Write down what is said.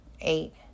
Eight